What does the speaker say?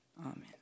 amen